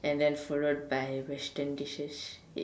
and then followed by Western dishes